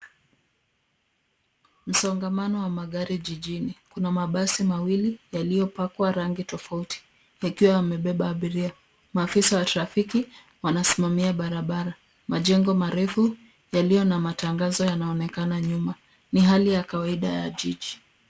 Msongamano wa magari jijini. Kuna mabasi mawili yaliyopakwa rangi tofauti yakiwa yamebeba abiria. Maafisa wa trafiki wanasimamia barabara. Majengo marefu yaliyo na matangazo yanaonekana nyuma. Ni hali ya kawaida ya jiji.